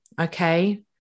Okay